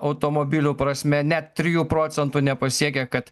automobilių prasme net trijų procentų nepasiekę kad